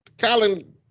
Colin